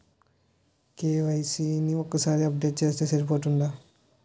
KYC ని ఒక్కసారి update చేస్తే సరిపోతుందా?